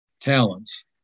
talents